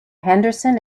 henderson